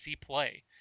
play